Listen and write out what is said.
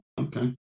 Okay